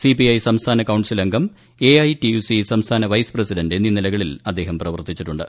CPI സംസ്ഥാന council അംഗം AITUC സംസ്ഥാന വൈസ് പ്രസിഡന്റ് എന്നീ നിലകളിൽ അദ്ദേഹം പ്രവർത്തിച്ചിട്ടുണ്ട്